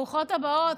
ברוכות הבאות.